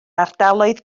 ardaloedd